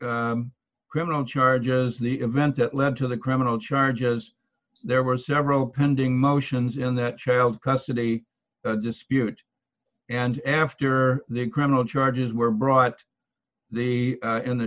criminal charges in the event that led to the criminal charges there were several pending motions in that child custody dispute and after the criminal charges were brought the in the